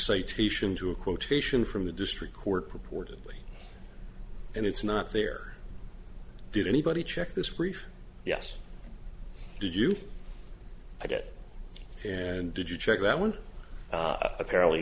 citation to a quotation from the district court purportedly and it's not there did anybody check this brief yes did you get and did you check that one apparently